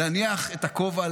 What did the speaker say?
להניח את הכובע,